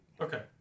Okay